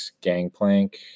gangplank